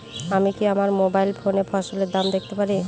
আমি কি আমার মোবাইল ফোনে ফসলের দাম দেখতে পারি?